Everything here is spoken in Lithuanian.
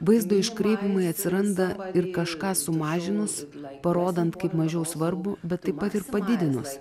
vaizdo iškraipymai atsiranda ir kažką sumažinus parodant kaip mažiau svarbų bet taip pat ir padidinus